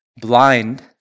blind